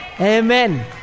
Amen